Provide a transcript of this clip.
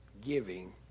giving